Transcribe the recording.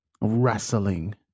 Wrestling